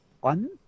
one